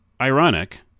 ironic